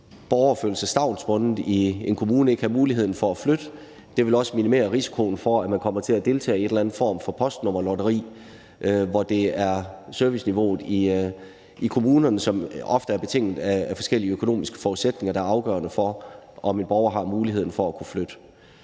borger kan føle sig stavnsbundet til en kommune uden at have muligheden for at flytte. Det vil også minimere risikoen for, at man kommer til at deltage i en eller anden form for postnummerlotteri, hvor serviceniveauet i kommunerne ofte er betinget af forskellige økonomiske forudsætninger, der er afgørende for, om en borger har muligheden for at kunne flytte.